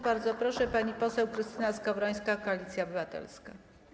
Bardzo proszę, pani poseł Krystyna Skowrońska, Koalicja Obywatelska.